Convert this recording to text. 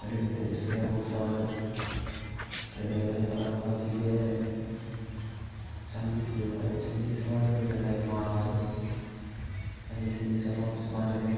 अहिड़ी रीते श्रेया घोसाल अहिड़ा अलाई कलाकार थी विया आहिनि संगीत जो पंहिंजे सिंधी समाज में बि अलाई मानु आहे पंहिंजे सिंधी समा समाज में